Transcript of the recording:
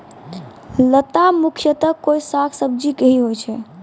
लता मुख्यतया कोय साग सब्जी के हीं होय छै